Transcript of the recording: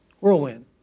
Whirlwind